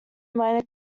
minor